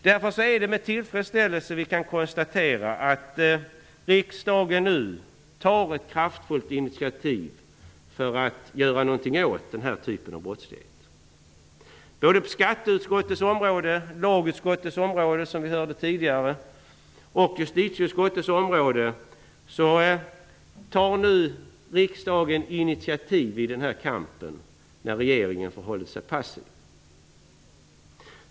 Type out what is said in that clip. Därför kan vi nu med tillfredsställelse konstatera att riksdagen har tagit ett kraftfullt initiativ för att göra någonting åt den här typen av brottslighet. På skatteutskottets, lagutskottets -- vilket vi hörde tidigare -- och på justitieutskottets område tar riksdagen initiativ i den här kampen där regeringen förhåller sig passiv.